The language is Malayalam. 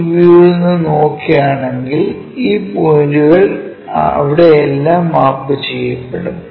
ഈ വ്യൂവിൽ നിന്ന് നോക്കുകയാണെങ്കിൽ ഈ പോയിന്റുകൾ അവിടെയെല്ലാം മാപ്പുചെയ്യപ്പെടും